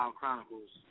chronicles